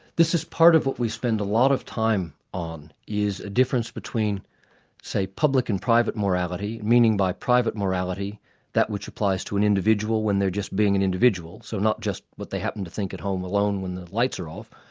this is part of what we spend a lot of time on, is the difference between say public and private morality, meaning by private morality that which applies to an individual when they're just being an individual, so not just what they happen to think at home alone when the lights are off,